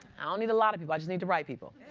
ah need a lot of people, i just need the right people.